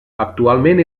actualment